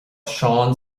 seán